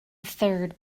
third